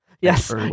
Yes